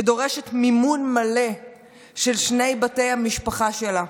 שדורשת מימון מלא של שני בתי המשפחה שלה,